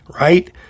right